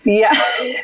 yeah.